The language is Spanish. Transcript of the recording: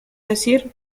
decir